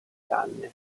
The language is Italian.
canne